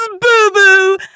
Boo-Boo